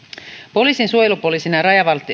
poliisin suojelupoliisin ja